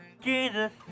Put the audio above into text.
Jesus